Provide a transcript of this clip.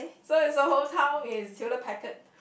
so it's the whole town is Hewlett-Packard